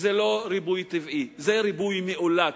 שזה לא ריבוי טבעי, זה ריבוי מאולץ,